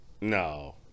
No